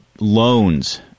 loans